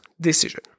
decision